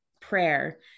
prayer